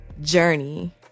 journey